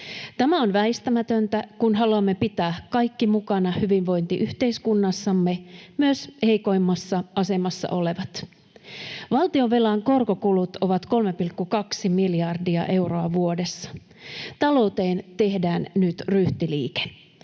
Tämä on väistämätöntä, kun haluamme pitää kaikki mukana hyvinvointiyhteiskunnassamme, myös heikoimmassa asemassa olevat. Valtionvelan korkokulut ovat 3,2 miljardia euroa vuodessa. Talouteen tehdään nyt ryhtiliike.